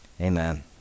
amen